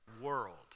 world